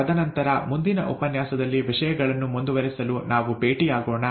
ತದನಂತರ ಮುಂದಿನ ಉಪನ್ಯಾಸದಲ್ಲಿ ವಿಷಯಗಳನ್ನು ಮುಂದುವರಿಸಲು ನಾವು ಭೇಟಿಯಾಗೋಣ